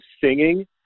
singing